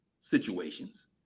situations